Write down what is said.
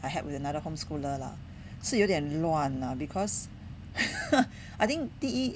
I had with another home schooler lah 是有点乱 lah because I think 第一